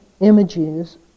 images